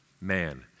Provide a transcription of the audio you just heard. man